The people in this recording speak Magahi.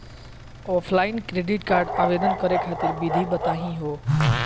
ऑफलाइन क्रेडिट कार्ड आवेदन करे खातिर विधि बताही हो?